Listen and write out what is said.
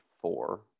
four